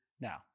now